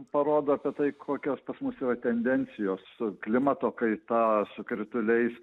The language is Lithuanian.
parodo apie tai kokios pas mus yra tendencijos klimato kaita su krituliais